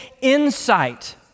insight